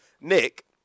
Nick